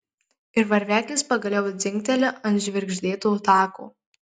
ir varveklis pagaliau dzingteli ant žvirgždėto tako